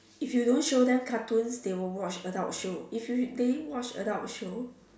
if you don't show them cartoons they would watch adult show if you they watch adult show